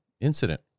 incident